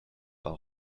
par